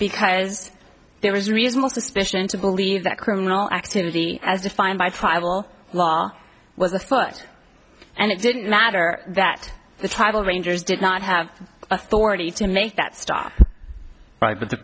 because there was reasonable suspicion to believe that criminal activity as defined by tribal law well that's but and it didn't matter that the tribal rangers did not have authority to make that stop right but the